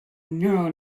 neural